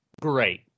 great